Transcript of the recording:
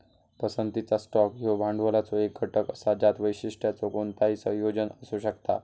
पसंतीचा स्टॉक ह्यो भांडवलाचो एक घटक असा ज्यात वैशिष्ट्यांचो कोणताही संयोजन असू शकता